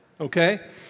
okay